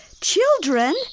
Children